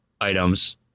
items